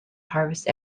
harvest